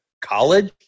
college